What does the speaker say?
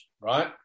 Right